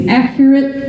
accurate